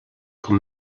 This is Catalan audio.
com